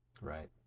Right